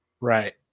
Right